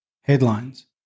headlines